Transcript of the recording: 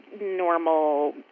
normal